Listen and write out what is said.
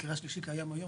מקרה שלישי קיים היום,